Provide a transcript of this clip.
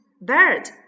bird